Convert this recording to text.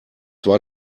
war